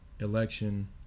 Election